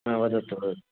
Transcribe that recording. हा वदतु वद